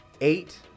Eight